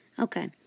Okay